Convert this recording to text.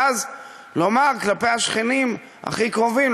ואז לומר כלפי השכנים הכי קרובים,